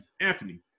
Anthony